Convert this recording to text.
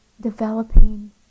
developing